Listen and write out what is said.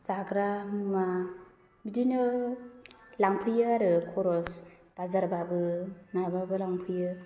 जाग्रा मुवा बिदिनो लांफैयो आरो खर'स बाजारबाबो माबाबो लांफैयो